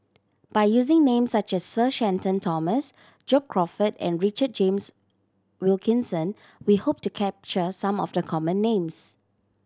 by using names such as Sir Shenton Thomas John Crawfurd and Richard James Wilkinson we hope to capture some of the common names